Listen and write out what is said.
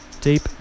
Deep